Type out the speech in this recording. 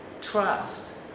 trust